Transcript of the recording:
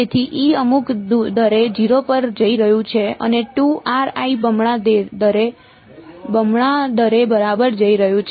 તેથી અમુક દરે 0 પર જઈ રહ્યું છે અને બમણા દરે બરાબર જઈ રહ્યું છે